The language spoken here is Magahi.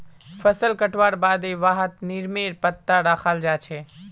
फसल कटवार बादे वहात् नीमेर पत्ता रखाल् जा छे